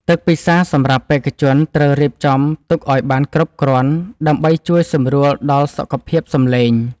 ទឹកពិសាសម្រាប់បេក្ខជនត្រូវរៀបចំទុកឱ្យបានគ្រប់គ្រាន់ដើម្បីជួយសម្រួលដល់សុខភាពសម្លេង។